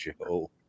Joe